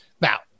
Now